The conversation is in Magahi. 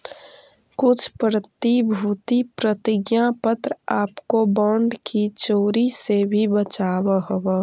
कुछ प्रतिभूति प्रतिज्ञा पत्र आपको बॉन्ड की चोरी से भी बचावअ हवअ